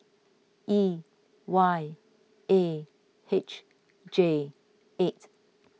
E Y A H J eight